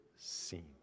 seen